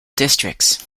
districts